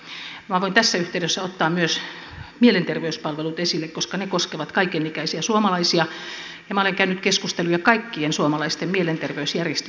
minä voin tässä yhteydessä ottaa myös mielenterveyspalvelut esille koska ne koskevat kaikenikäisiä suomalaisia ja minä olen käynyt keskusteluja kaikkien suomalaisten mielenterveysjärjestöjen kanssa